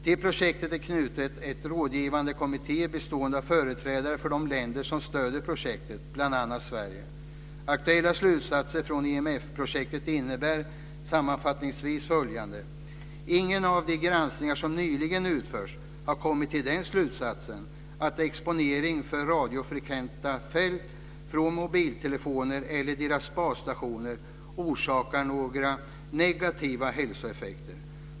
Till projektet är knutet en rådgivande kommitté bestående av företrädare för de länder som stöder projektet, bl.a. Sverige. Aktuella slutsatser från EMF-projekt innebär sammanfattningsvis följande: Ingen av de granskningar som nyligen utförts har kommit till slutsatsen att exponering för de radiofrekventa fälten från mobiltelefoner eller deras basstationer orsakar några negativa hälsoeffekter.